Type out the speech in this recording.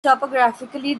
topographically